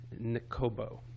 nikobo